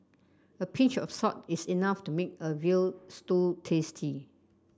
a pinch of salt is enough to make a veal stew tasty